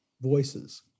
voices